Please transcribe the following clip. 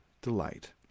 delight